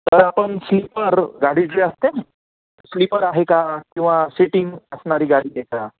तर आपण स्लीपर गाडी जे असते ना स्लीपर आहे का किंवा सीटींग असणारी गाडी आहे का